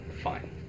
Fine